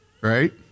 Right